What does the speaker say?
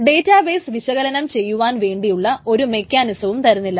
data base വിശകലനം ചെയ്യുവാൻ വേണ്ടിയുള്ള ഒരു മെക്കാനിസവും തരുന്നില്ല